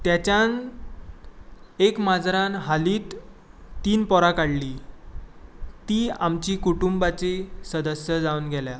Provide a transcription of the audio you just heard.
तेच्यांत एक माजरान हालींच तीन पोरां काडलीं तीं आमची कुटूंबाचीं सदस्य जावन गेल्यां